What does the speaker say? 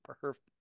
perfect